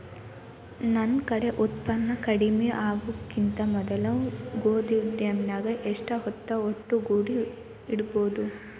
ನನ್ ಕಡೆ ಉತ್ಪನ್ನ ಕಡಿಮಿ ಆಗುಕಿಂತ ಮೊದಲ ಗೋದಾಮಿನ್ಯಾಗ ಎಷ್ಟ ಹೊತ್ತ ಒಟ್ಟುಗೂಡಿ ಇಡ್ಬೋದು?